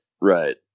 right